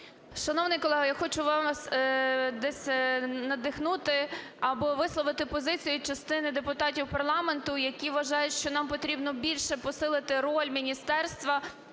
Шановний колего, я хочу вас десь надихнути або висловити позицію частини депутатів парламенту, які вважають, що нам потрібно більше посилити роль міністерства